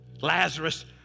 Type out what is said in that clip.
Lazarus